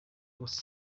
bose